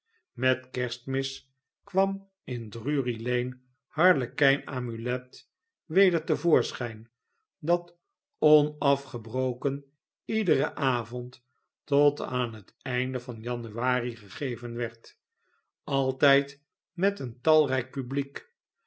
met kerstmis kwam in drury-lane harlekijn amulet weder te voorschijn dat onafgebroken iederen avond tot aan het einde van januari gegeven werd altijd met een talrijk publiek